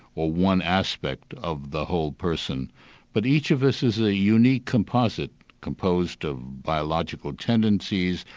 or one aspect of the whole person but each of us is a unique composite composed of biological tendencies,